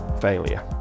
failure